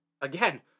again